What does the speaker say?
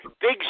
Big